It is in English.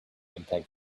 impact